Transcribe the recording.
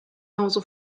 hause